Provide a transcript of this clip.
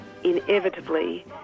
Inevitably